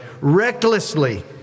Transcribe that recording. recklessly